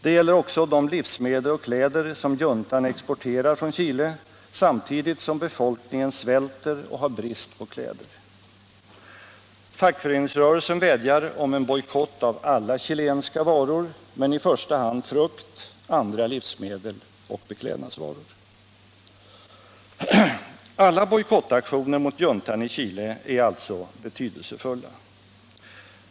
Den gäller också de livsmedel och kläder som juntan exporterar från Chile, samtidigt som befolkningen svälter och har brist på kläder. Fackföreningsrörelsen vädjar om en bojkott av alla chilenska varor, men i första hand av frukt, andra livsmedel Alla bojkottaktioner mot juntan i Chile är alltså betydelsefulla.